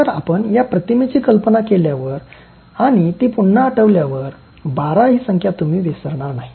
तर आपण या प्रतिमेची कल्पना केल्यावर आणि ती पुन्हा आठवल्यावर १२ ही संख्या तुम्ही विसरणार नाही